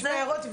נשמע הערות,